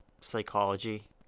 psychology